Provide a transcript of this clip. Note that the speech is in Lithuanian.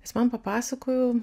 jis man papasakojo